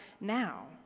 now